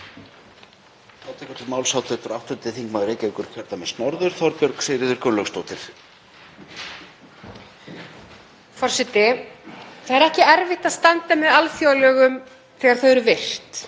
Það er ekki erfitt að standa með alþjóðalögum þegar þau eru virt.